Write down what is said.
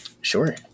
Sure